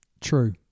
True